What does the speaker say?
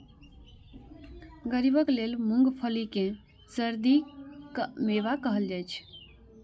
गरीबक लेल मूंगफली कें सर्दीक मेवा कहल जाइ छै